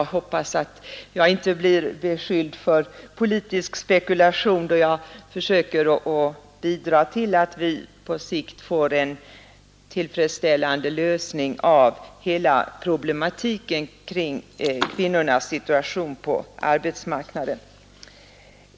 Beredskapsarbetena och arkivarbetena, som fyller samma funktion politisk spekulation då jag försöker bidra till att vi på sikt får en tillfredsställande lösning av hela problematiken kring kvinnornas situation på arbetsmarknaden.